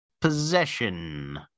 possession